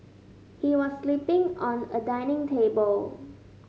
he was sleeping on a dining table